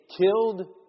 killed